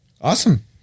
Awesome